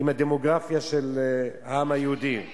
ואני